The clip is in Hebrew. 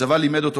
הצבא לימד אותו,